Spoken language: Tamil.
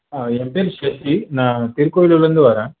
ஆ ஏன் பேர் ஷெஃப்ரி நான் திருக்கோயிலூர்லேர்ந்து வரேன்